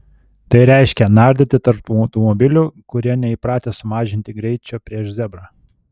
tai reiškia nardyti tarp automobilių kurie neįpratę sumažinti greičio prieš zebrą